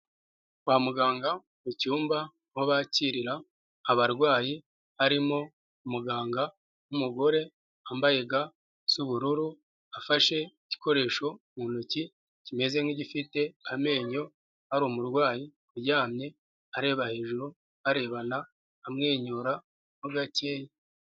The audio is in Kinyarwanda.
Kwa muganga mu cyumba, aho bakirira abarwayi, harimo umuganga w'umugore, wambaye ga z'ubururu, afashe igikoresho mu ntoki, kimeze nk'igifite amenyo, hari umurwayi uryamye, areba hejuru, barebana amwenyura mo gakeya.